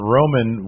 Roman